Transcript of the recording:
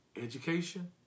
Education